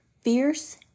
fierce